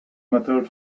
method